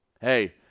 hey